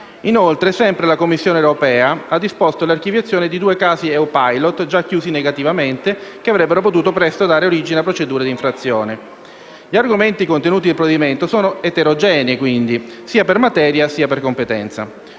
Inoltre, sempre la Commissione europea, ha disposto l'archiviazione di due casi EU Pilot già chiusi negativamente, che avrebbero potuto presto dare origine a procedure di infrazione. Gli argomenti contenuti nel provvedimento sono quindi eterogenei, sia per materia che per competenza.